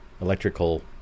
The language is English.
Electrical